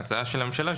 ההצעה של הממשלה,